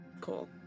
cool